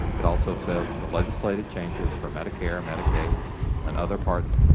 it also says the legislative changes for medicare and medicaid and other parts